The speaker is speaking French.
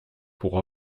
pour